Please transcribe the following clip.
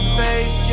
face